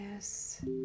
Yes